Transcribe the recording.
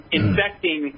infecting